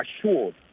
assured